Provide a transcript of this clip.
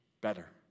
better